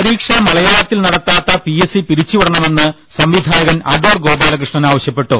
പരീക്ഷ മലയാളത്തിൽ നടത്താത്ത പിഎസ് സി പിരിച്ചുവിടണമെന്ന് സംവിധായകൻ അടൂർ ആവശ്യപ്പെട്ടു